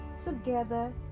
together